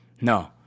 No